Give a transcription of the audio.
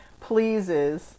pleases